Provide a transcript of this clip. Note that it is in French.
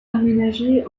aménagé